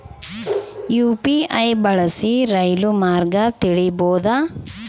UPI ಬಳಸಿ ರೈಲು ಮಾರ್ಗ ತಿಳೇಬೋದ?